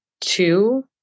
two